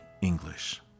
English